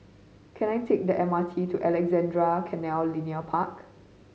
can I take the M R T to Alexandra Canal Linear Park